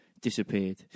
disappeared